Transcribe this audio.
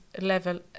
level